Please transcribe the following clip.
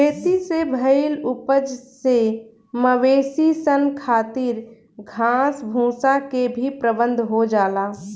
खेती से भईल उपज से मवेशी सन खातिर घास भूसा के भी प्रबंध हो जाला